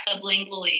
sublingually